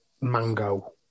mango